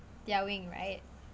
their wing right